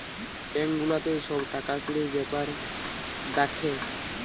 bank গুলাতে সব টাকা কুড়ির বেপার দ্যাখে